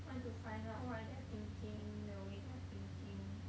want to find out why they are thinking the way they're thinking